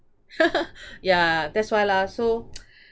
ya that's why lah so